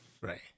Right